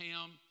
Ham